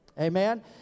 Amen